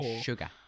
Sugar